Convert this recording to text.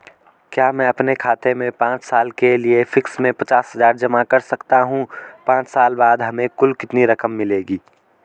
क्या मैं अपने खाते में पांच साल के लिए फिक्स में पचास हज़ार जमा कर सकता हूँ पांच साल बाद हमें कुल कितनी रकम मिलेगी?